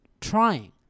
trying